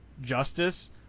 justice